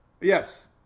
Yes